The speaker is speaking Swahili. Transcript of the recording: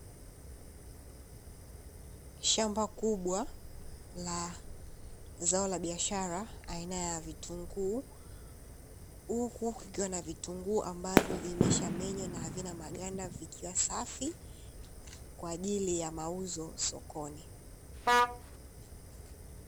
Shamba kubwa la zao la biashara aina ya vitunguu, huku kukiwa na vitunguu ambavyo vimeshamenywa na havina maganda vikiwa safi, kwa ajili ya mauzo sokoni.